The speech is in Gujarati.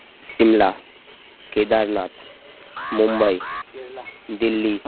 શિમલા કેદારનાથ મુંબઈ દિલ્હી